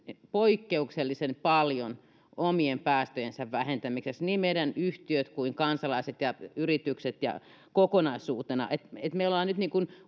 poikkeuksellisen paljon omien päästöjensä vähentämisessä niin meidän yhtiöt kuin kansalaiset ja yritykset kokonaisuutena me olemme nyt niin kun